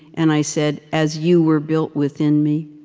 and i said, as you were built within me.